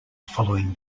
following